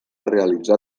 realitzar